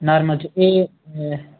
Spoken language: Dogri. नार्मल च एह्